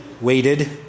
waited